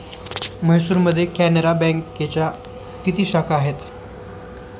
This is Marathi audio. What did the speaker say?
म्हैसूरमध्ये कॅनरा बँकेच्या किती शाखा आहेत?